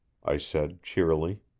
i said cheerily.